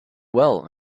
well